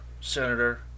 Senator